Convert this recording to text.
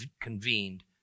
convened